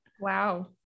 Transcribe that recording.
Wow